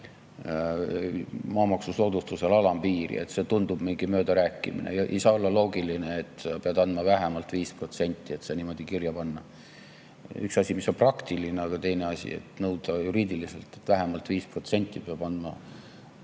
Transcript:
maamaksusoodustusel alampiiri. See tundub olevat mingi möödarääkimine. Ei saa olla loogiline, et sa pead [tõstma] vähemalt 5%, ja see niimoodi kirja panna. Üks asi, mis on praktiline, aga teine asi on nõuda juriidiliselt, et vähemalt 5% peab andma